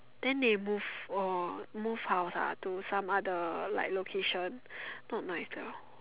then they move orh move house ah to some other like location not nice liao